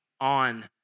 on